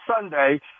Sunday